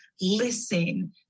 listen